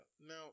Now